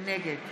נגד